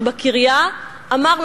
שבקריה אמר,